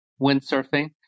windsurfing